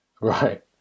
right